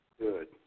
good